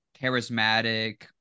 charismatic